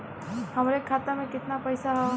हमरे खाता में कितना पईसा हौ?